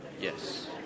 Yes